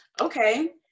okay